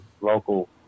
local